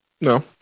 No